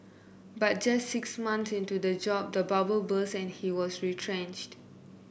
but just six months into the job the bubble burst and he was retrenched